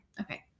okay